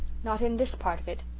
not in this part of it.